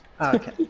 Okay